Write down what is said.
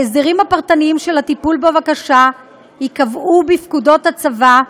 ההסדרים הפרטניים של הטיפול בבקשה ייקבעו בפקודות הצבא,